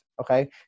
Okay